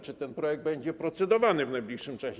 Czy ten projekt będzie procedowany w najbliższym czasie?